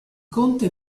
conte